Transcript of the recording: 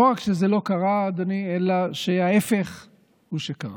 לא רק שזה לא קרה, אדוני, אלא שההפך הוא שקרה.